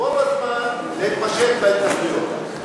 ובו בזמן להתפשט בהתנחלויות.